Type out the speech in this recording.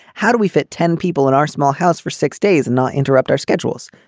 how do we fit ten people in our small house for six days and not interrupt our schedules.